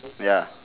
ya